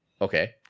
Okay